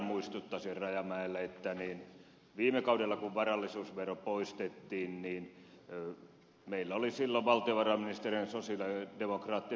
rajamäelle että kun viime kaudella varallisuusvero poistettiin meillä oli silloin valtiovarainministerinä sosialidemokraattinen ministeri